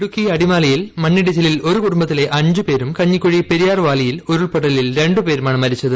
ഇടുക്കി അടിമാലിയിൽ മണ്ണിടിച്ചിലിൽ ഒരു കുടുംബത്തിലെ അഞ്ചു പേരും കഞ്ഞിക്കുഴി പെരിയാർ വാലിയിൽ ഉരുൾപൊട്ടലിൽ രണ്ടുപേരുമാണ് മരിച്ചത്